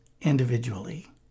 individually